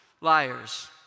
Liars